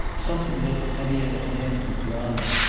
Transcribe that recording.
something that, had he had a hand for drama,